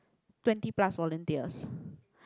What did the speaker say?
twenty plus volunteers